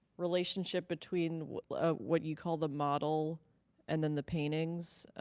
relationship between what you call the model and then the paintings.